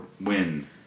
win